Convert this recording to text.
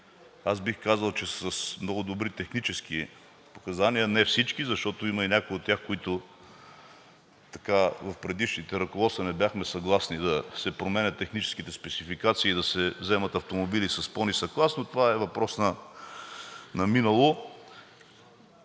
аз бих казал, че са с много добри технически показания, не всички, защото има и някои от тях, които в предишните ръководства не бяхме съгласни да се променят техническите спецификации и да се взимат автомобили с по-нисък клас, но това е въпрос на минало.